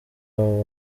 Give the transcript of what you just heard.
abo